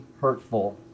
hurtful